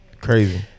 Crazy